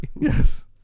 Yes